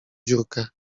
dziurkę